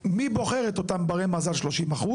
מי בוחר את אותם ברי מזל 30%?